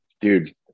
dude